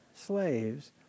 slaves